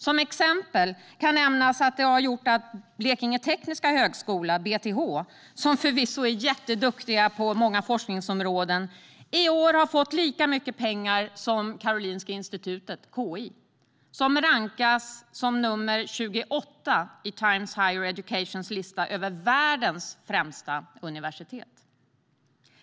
Som exempel kan nämnas att detta har gjort att Blekinge Tekniska Högskola, BTH, som förvisso är jätteduktiga på många forskningsområden, i år har fått lika mycket pengar som Karolinska institutet, KI, som rankas som nr 28 i Times Higher Educations lista över världens främsta universitet.